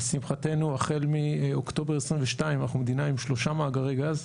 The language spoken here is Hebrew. לשמחתנו החל מאוקטובר 2022 אנחנו מדינה עם שלושה מאגרי גז.